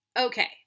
Okay